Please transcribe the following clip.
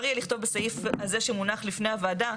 יהיה לכתוב בסעיף הזה שמונח לפני הוועדה,